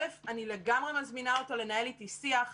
א', אני לגמרי מזמינה אותו לנהל איתי שיח.